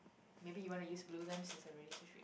maybe you want to use blue then since I already switch